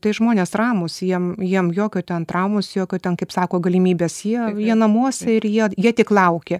tai žmonės ramūs jiem jiem jokio ten traumos jokio ten kaip sako galimybės jie namuose ir jie jie tik laukia